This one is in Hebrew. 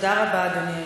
תודה רבה, אדוני היושב-ראש.